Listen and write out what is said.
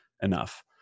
enough